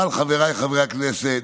אבל, חבריי חברי הכנסת,